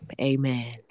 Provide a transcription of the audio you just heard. amen